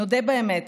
נודה באמת,